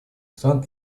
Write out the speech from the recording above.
стран